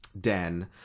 den